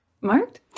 Marked